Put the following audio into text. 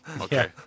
okay